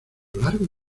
largo